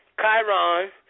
Chiron